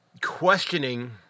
questioning